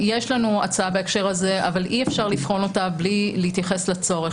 יש לנו הצעה בהקשר הזה אבל אי אפשר לבחון אותה בלי להתייחס לצורך.